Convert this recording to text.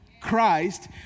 Christ